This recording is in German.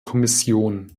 kommission